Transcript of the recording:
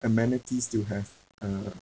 amenities do you have uh